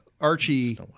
Archie